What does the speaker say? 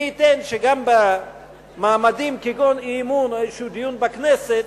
מי ייתן שגם במעמדים כגון אי-אמון או איזשהו דיון בכנסת,